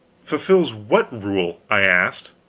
fulfills what rule? i asked.